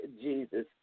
Jesus